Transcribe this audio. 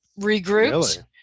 regrouped